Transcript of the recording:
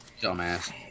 dumbass